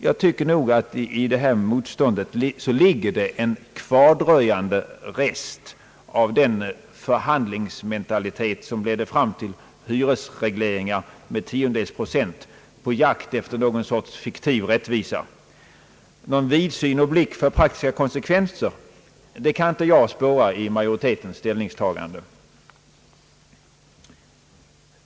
Jag tycker att i nämnda motstånd ligger en kvardröjande rest av den förhandlingsmentalitet som ledde fram till hyresregleringar med tiondels procent på jakt efter någon sorts fiktiv rättvisa. Någon vidsyn och blick för praktiska konsekvenser kan inte jag spåra i majoritetens ställningstagande.